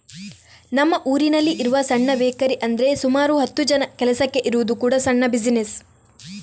ನಮ್ಮ ಊರಿನಲ್ಲಿ ಇರುವ ಸಣ್ಣ ಬೇಕರಿ ಅಂದ್ರೆ ಸುಮಾರು ಹತ್ತು ಜನ ಕೆಲಸಕ್ಕೆ ಇರುವುದು ಕೂಡಾ ಸಣ್ಣ ಬಿಸಿನೆಸ್